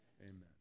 Amen